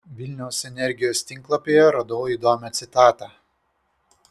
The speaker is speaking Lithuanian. vilniaus energijos tinklapyje radau įdomią citatą